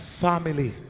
family